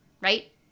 right